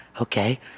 okay